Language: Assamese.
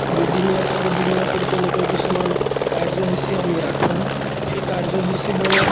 দুইদিনীয়া চাৰিদিনীয়া কৰি তেনেকৈ কিছুমান কাৰ্যসূচী আমি ৰাখোঁ সেই কাৰ্যসূচীবোৰত